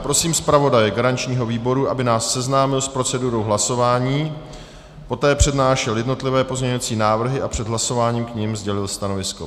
Prosím zpravodaje garančního výboru, aby nás seznámil s procedurou hlasování, poté přednášel jednotlivé pozměňovací návrhy a před hlasováním k nim sdělil stanovisko.